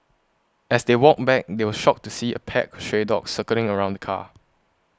as they walked back they were shocked to see a pack of stray dogs circling around the car